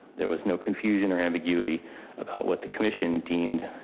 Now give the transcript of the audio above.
there was no confusion or ambiguity about what the commission deemed.